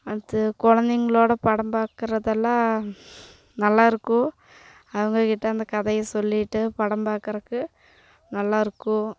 அடுத்தது கொழந்தைங்ளோட படம் பார்க்குறதெல்லான் நல்லாயிருக்கும் அவங்க கிட்ட அந்த கதையை சொல்லிவிட்டு படம் பார்க்குறக்கு நல்லாயிருக்கும்